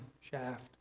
shaft